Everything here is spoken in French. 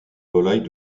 volailles